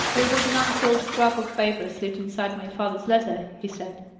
there was an unsealed scrap of paper slipped inside my father's letter, he said.